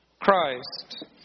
Christ